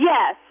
Yes